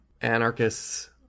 anarchists